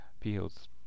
Fields